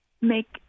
make